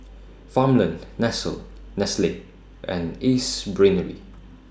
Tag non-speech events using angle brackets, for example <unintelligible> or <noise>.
Farmland <unintelligible> Nestle and Ace Brainery